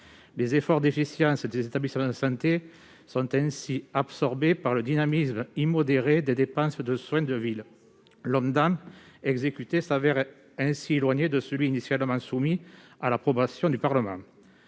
Les efforts d'efficience de ces établissements sont ainsi absorbés par le dynamisme immodéré des dépenses de soins de ville. L'Ondam exécuté s'avère ainsi éloigné de celui qui a été initialement soumis à l'approbation du Parlement.